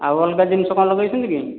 ଆଉ ଅଲଗା ଜିନିଷ କ'ଣ ଲଗାଇଛନ୍ତି କି